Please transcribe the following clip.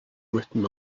written